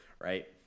right